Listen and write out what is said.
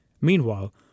Meanwhile